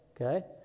okay